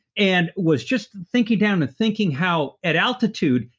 and was just thinking down and thinking how at altitude,